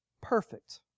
perfect